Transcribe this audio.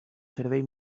servei